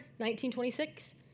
1926